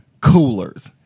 coolers